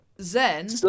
Zen